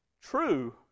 true